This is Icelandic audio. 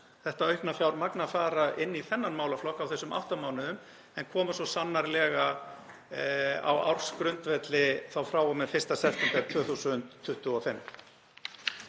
þetta aukna fjármagn, að fara inn í þennan málaflokk, á þessum átta mánuðum, en þeir koma svo sannarlega á ársgrundvelli þá frá og með 1. september 2025.